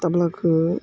टाब्लाखौ